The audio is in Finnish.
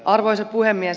arvoisa puhemies